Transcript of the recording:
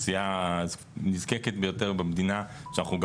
אוכלוסייה נזקקת ביותר במדינה שאנחנו גם